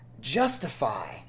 Justify